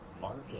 market